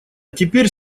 теперь